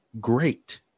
great